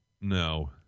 No